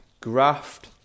graft